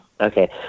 Okay